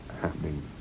happening